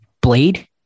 blade